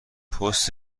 پست